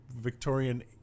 Victorian